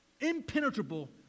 impenetrable